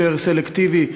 יותר סלקטיבי,